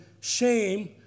shame